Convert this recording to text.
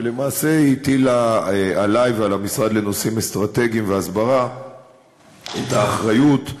ולמעשה היא הטילה עלי ועל המשרד לנושאים אסטרטגיים והסברה את האחריות,